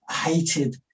hated